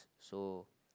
so